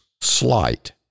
slight